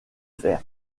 fer